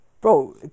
Bro